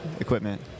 equipment